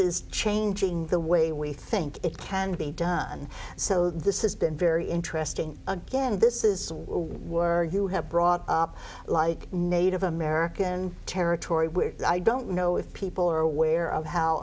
is changing the way we think it can be done so this has been very interesting again this is where you have brought up like native american territory which i don't know if people are aware of how